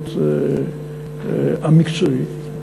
האפשרות המקצועית,